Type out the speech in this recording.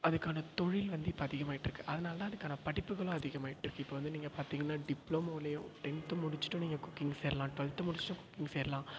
அதுக்கான தொழில் வந்து இப்போ அதிகமாகிட்ருக்கு அதனால தான் அதுக்கான படிப்புகளும் அதிகமாகிட்ருக்கு இப்போ வந்து நீங்கள் பார்த்தீங்கன்னா டிப்ளமோலேயும் டென்த்து முடிச்சுட்டும் நீங்கள் குக்கிங் சேரலாம் டுவெல்த்து முடிச்சுட்டும் குக்கிங் சேரலாம்